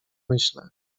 myślę